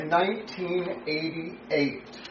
1988